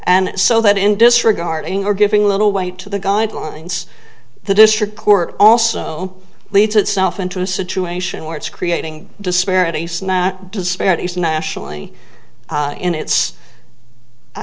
and so that in disregarding or giving little weight to the guidelines the district court also leads itself into a situation where it's creating disparities not disparities nationally in it's